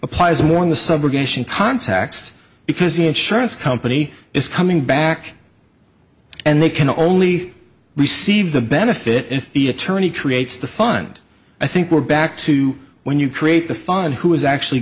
applies more in the summer context because the insurance company is coming back and they can only receive the benefit if the attorney creates the fund i think we're back to when you create the fund who is actually